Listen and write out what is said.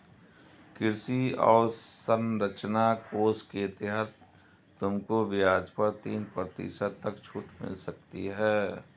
कृषि अवसरंचना कोष के तहत तुमको ब्याज पर तीन प्रतिशत तक छूट मिल सकती है